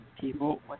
people